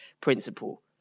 principle